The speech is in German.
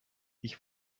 ich